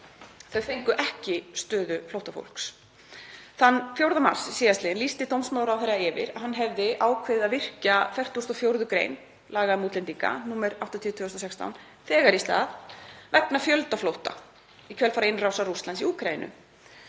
Þau fengu ekki stöðu flóttafólks. Þann 4. mars síðastliðinn lýsti dómsmálaráðherra yfir að hann hefði ákveðið að virkja 44. gr. laga um útlendinga, nr. 80/2016, þegar í stað vegna fjöldaflótta í kjölfar innrásar Rússlands í Úkraínu.